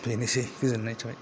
बेनोसै गोजोननाय थाबाय